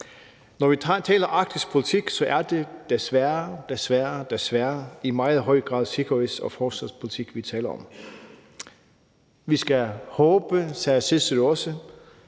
Når vi taler om arktisk politik, er det desværre, desværre i meget høj grad sikkerheds- og forsvarspolitik, vi taler om. Vi skal håbe, sagde Cicero